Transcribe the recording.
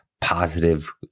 positive